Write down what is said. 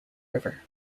river